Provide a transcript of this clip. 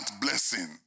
blessing